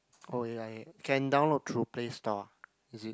oh ya ya can download through Playstore is it